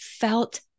felt